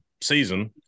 season